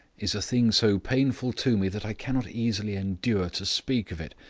is a thing so painful to me that i cannot easily endure to speak of it.